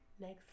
next